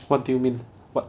what do you mean what